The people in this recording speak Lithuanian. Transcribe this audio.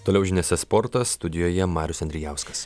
toliau žiniose sportas studijoje marius andrijauskas